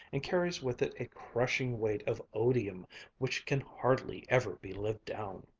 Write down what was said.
and carries with it a crushing weight of odium which can hardly ever be lived down.